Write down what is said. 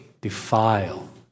defile